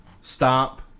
stop